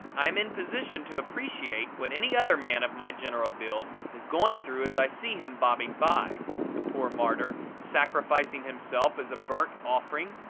i am in position to appreciate what any other man of my general build is going through as i see him bobbing by the poor martyr, sacrificing himself as a burnt offering,